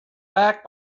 back